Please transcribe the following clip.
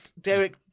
Derek